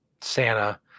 Santa